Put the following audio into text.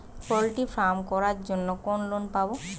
Poultry farm করার জন্য কোন লোন পাব?